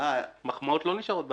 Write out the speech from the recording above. מחמאות לא נשארות בלב.